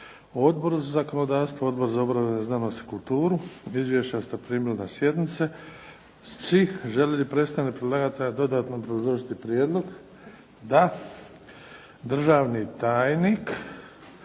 Odbor za zakonodavstvo, Odbor za obrazovanje, znanost i kulturu. Izvješća ste primili na sjednice. Želi li predstavnik predlagatelja dodatno obrazložiti prijedlog? Da. Državni tajnik